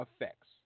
Effects